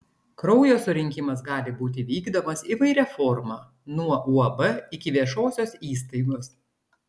kraujo surinkimas gali būti vykdomas įvairia forma nuo uab iki viešosios įstaigos